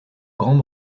grand